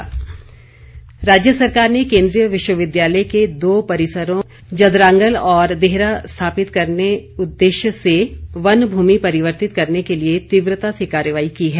महेंद्र सिंह राज्य सरकार ने केंद्रीय विश्वविद्यालय के दो परिसरों जदरांगल और देहरा स्थापित करने उद्देश्य से वन भूमि परिवर्तित करने के लिए तीव्रता से कार्यवाही की है